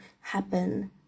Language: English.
happen